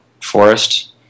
forest